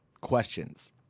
questions